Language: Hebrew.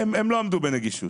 הם לא עמדו בנגישות